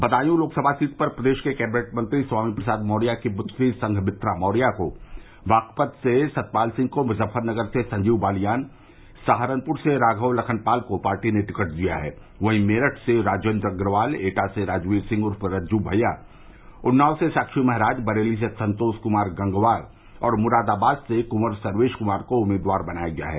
Badaun Lok Sabha seat पर प्रदेश के कैंबिनेट मंत्री स्वामी प्रसाद मौर्या की पुत्री संघमित्रा मौर्य को बागपत से सतपाल सिंह मुजफ्फरनगर से संजीव बलियान सहारनपुर से राघव लखन पाल को पार्टी ने टिकट दिया है वहीं मेरठ से राजेन्द्र अग्रवाल एटा से राजवीर सिंह उर्फ रज्जू भैया उन्नाव से साक्षी महराज बरेली से संतोष कुमार गंगवार और मुरादाबाद से कुॅवर सर्वेश कुमार को उम्मीदवार बनाया गया है